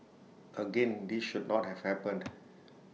again this should not have happened